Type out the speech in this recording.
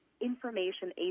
information